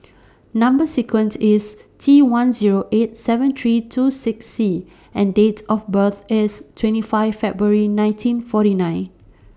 Number sequent IS T one Zero eight seven three two six C and Date of birth IS twenty five February nineteen forty nine